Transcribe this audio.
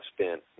spent